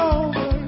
over